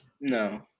No